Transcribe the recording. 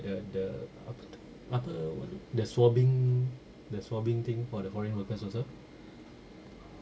the the apa tu apa what the swabbing the swabbing thing for the foreign workers also